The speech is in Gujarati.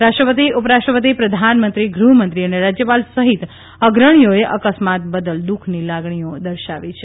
રાષ્ટ્રપતિ ઉપરાષ્ટ્રપતિ પ્રધાનમંત્રી ગૃહમંત્રી અને રાજયપાલ સહિત અગ્રણીઓએ અકસ્માત બદલ દુખની લાગણીઓ દર્શાવી છે